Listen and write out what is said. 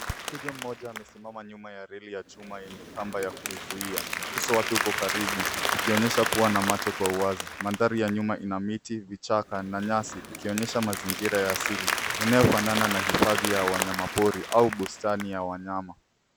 Twiga mmoja amesimama nyuma ya reli ya chuma yenye kamba ya kuzuia. Uso wake uko karibu, ukionyesha pua na macho kwa uwazi. Mandhari ya nyuma ina miti, vichaka na nyasi, ikionyesha mazingira ya asili, yanayofanana na hifadhi ya wanyamapori au bustani ya wanyama.